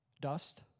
Dust